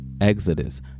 Exodus